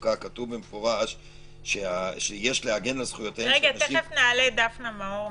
ותעסוקה כתוב במפורש שיש- -- תכף נעלה את דפנה מאור.